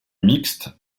mixtes